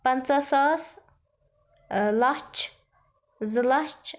پَنٛژاہ ساس لَچھ زٕ لَچھ